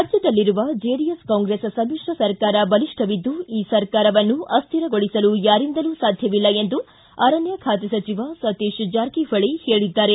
ರಾಜ್ಯದಲ್ಲಿರುವ ಜೆಡಿಎಸ್ ಕಾಂಗ್ರೆಸ್ ಸಮಿತ್ರ ಸರ್ಕಾರ ಬಲಿಷ್ಠವಿದ್ದು ಈ ಸರ್ಕಾರವನ್ನು ಅಶ್ಶಿರಗೊಳಿಸಲು ಯಾರಿಂದಲೂ ಸಾಧ್ಯವಿಲ್ಲ ಎಂದು ಅರಣ್ಯ ಖಾತೆ ಸಚಿವ ಸತೀಶ ಜಾರಕಿಹೊಳಿ ಹೇಳಿದ್ದಾರೆ